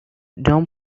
don’t